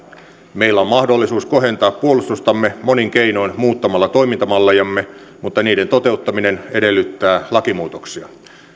meillä on mahdollisuus kohentaa puolustustamme monin keinoin muuttamalla toimintamallejamme mutta niiden toteuttaminen edellyttää lakimuutoksia